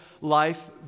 life